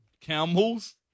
Camels